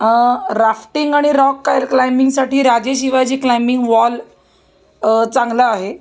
rafting आणि rock काय क्लाइम्बिंगसाठी राजे शिवाजी क्लाइम्बिंग वॉल चांगला आहे